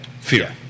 Fear